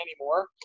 anymore